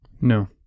no